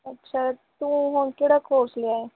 ਅੱਛਾ ਤੂੰ ਹੁਣ ਕਿਹੜਾ ਕੋਰਸ ਲਿਆ ਹੈ